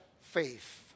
faith